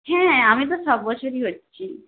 হ্যাঁ আমি তো সব বছরই হচ্ছি